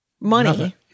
money